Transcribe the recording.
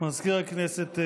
מזכיר הכנסת,